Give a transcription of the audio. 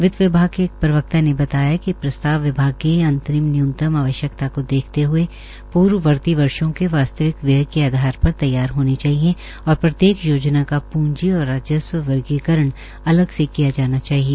वित्त विभाग के एक प्रवक्ता ने बताया कि प्रसताव विभाग की अंतरिम न्यूनतम आवश्यक्ता को देखते हए पूर्व वर्ती वर्षो के वास्तविक व्यय के आधार पर तैयार होने चाहिए और प्रत्येक योजना का पूंजी और राजस्व वर्गीकरण अलग से किया जाना चाहिए